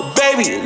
baby